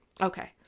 Okay